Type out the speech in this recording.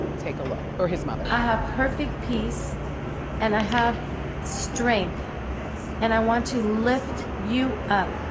take a look. or his mother! i have perfect peace and i have strength and i want to lift you up.